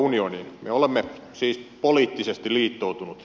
me olemme siis poliittisesti liittoutunut